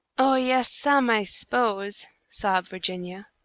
oh, yes, some, i s'pose, sobbed virginia,